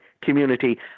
community